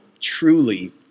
truly